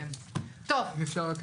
את זה --- השאלה אם אנחנו לא צריכים לקבל,